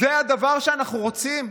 זה הדבר שאנחנו רוצים?